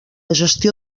gestió